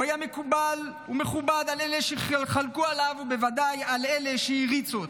הוא היה מקובל ומכובד על אלה שחלקו עליו ובוודאי על אלה שהעריצו אותו.